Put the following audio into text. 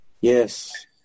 Yes